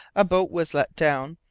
a boat was let down.